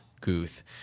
Guth